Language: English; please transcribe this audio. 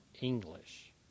English